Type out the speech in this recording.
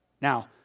Now